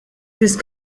these